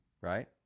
right